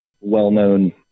well-known